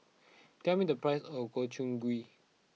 tell me the price of Gobchang Gui